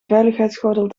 veiligheidsgordel